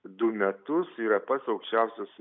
du metus yra pats aukščiausias